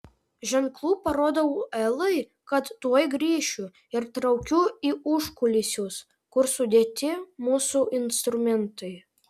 ženklu parodau elai kad tuoj grįšiu ir traukiu į užkulisius kur sudėti mūsų instrumentai